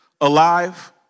alive